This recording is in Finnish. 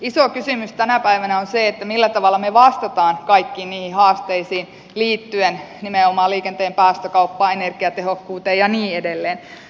iso kysymys tänä päivänä on se millä tavalla me vastaamme kaikkiin niihin haasteisiin liittyen nimenomaan liikenteen päästökauppaan energiatehokkuuteen ja niin edelleen